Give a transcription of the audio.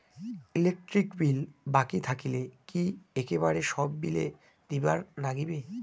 Electric bill বাকি থাকিলে কি একেবারে সব বিলে দিবার নাগিবে?